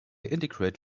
integrate